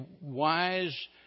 wise